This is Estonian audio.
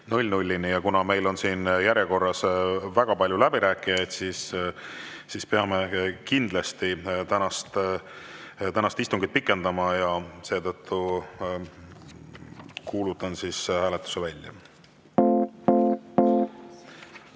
14-ni. Ja kuna meil on siin järjekorras väga palju läbirääkijaid, siis peame kindlasti tänast istungit pikendama ja seetõttu kuulutan hääletuse